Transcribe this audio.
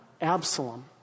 Absalom